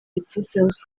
etincelles